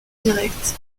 directe